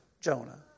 Jonah